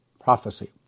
prophecy